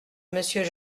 monsieur